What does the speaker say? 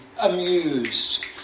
amused